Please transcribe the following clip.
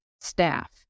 staff